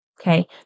okay